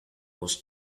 was